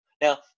now